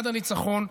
עד הניצחון,